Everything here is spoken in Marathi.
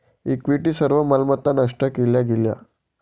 इक्विटी सर्व मालमत्ता नष्ट केल्या गेल्या